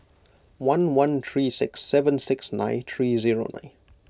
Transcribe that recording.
one one three six seven six nine three zero nine